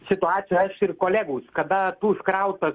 situacijoj aš ir kolegos kada tu užkrautas